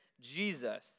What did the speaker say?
Jesus